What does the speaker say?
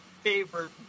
favorite